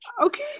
Okay